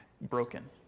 broken